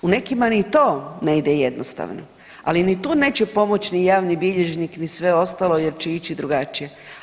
U nekima ni to ne ide jednostavno, ali ni tu neće pomoći ni javni bilježnik ni sve ostalo jer će ići drugačije.